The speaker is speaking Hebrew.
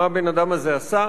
מה הבן-אדם הזה עשה?